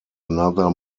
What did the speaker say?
another